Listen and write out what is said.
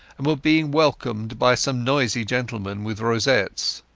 and were being welcomed by some noisy gentlemen with rosettes.